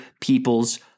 people's